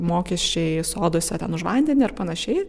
mokesčiai soduose ten už vandenį ir panašiai